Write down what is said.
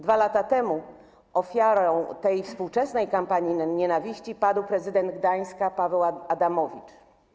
2 lata temu ofiarą tej współczesnej kampanii nienawiści padł prezydent Gdańska Paweł Adamowicz.